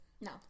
No